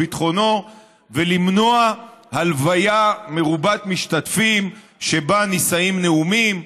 למנוע הלוויה מרובת משתתפים שבה נישאים נאומים,